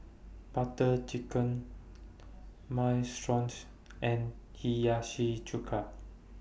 Butter Chicken Minestrones and Hiyashi Chuka